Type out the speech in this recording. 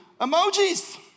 emojis